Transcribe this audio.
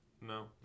No